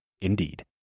Indeed